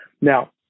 Now